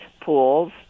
pools